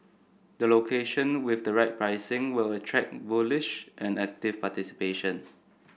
the location with the right pricing will attract bullish and active participation